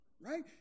Right